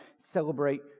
celebrate